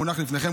המונח לפניכם,